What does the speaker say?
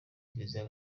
kiliziya